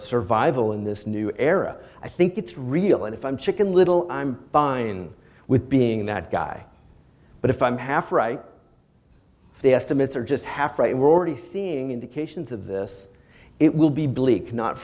survival in this new era i think it's real and if i'm chicken little i'm fine with being that guy but if i'm half right the estimates are just half right we're already seeing indications of this it will be bleak not